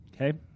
okay